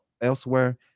elsewhere